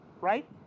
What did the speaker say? right